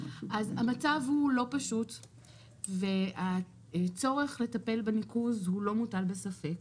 המצב לא פשוט והצורך לטפל בניקוז לא מוטל בספק.